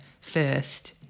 first